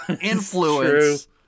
influence